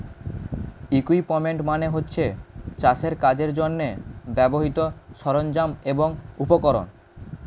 equipment মানে হচ্ছে চাষের কাজের জন্যে ব্যবহৃত সরঞ্জাম এবং উপকরণ